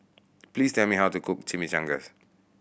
please tell me how to cook Chimichangas